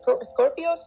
Scorpio